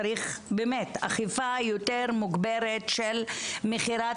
צריך באמת אכיפה יותר מוגברת של מכירת